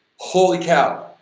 holy cow,